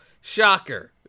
shocker